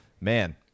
Man